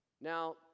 Now